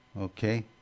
okay